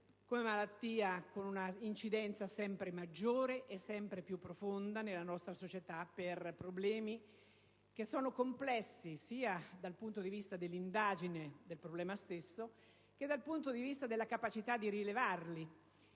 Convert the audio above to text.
una malattia con incidenza sempre maggiore e sempre più profonda nella nostra società. Ciò, per problemi che sono complessi, sia dal punto di vista dell'indagine del problema stesso, che dal punto di vista della capacità di rilevarli,